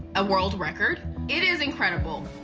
a world record it is incredible.